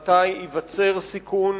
מספיק מתי ייווצר סיכון.